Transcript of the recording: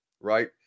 right